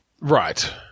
Right